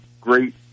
great